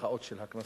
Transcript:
של הקנסות.